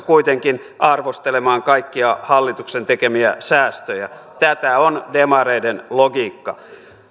kuitenkin arvostelemaan kaikkia hallituksen tekemiä säästöjä tätä on demareiden logiikka